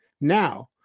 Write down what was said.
Now